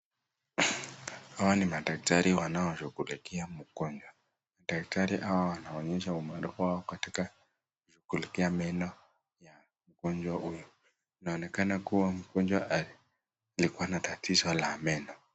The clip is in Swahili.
Hawa ni madaktari wanao shughulikia mgonjwa , daktari hawa wanaonyesha umaarufu wao katika kushughulikia meno ya mgonjwa huyu inaonekana kuwa mgonjwa alikuwa na tatizo la meno.